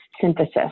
synthesis